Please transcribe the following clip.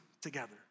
together